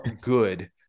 good